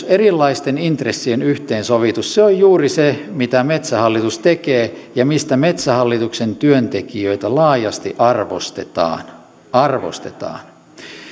erilaisten intressien yhteensovitus on juuri se mitä metsähallitus tekee ja mistä metsähallituksen työntekijöitä laajasti arvostetaan arvostetaan